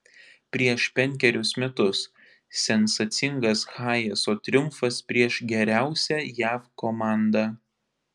prieš penkerius metus sensacingas hayeso triumfas prieš geriausią jav komandą